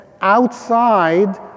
outside